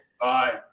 Bye